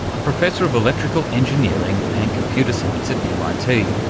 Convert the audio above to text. a professor of electrical engineering and computer science at mit.